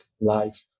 life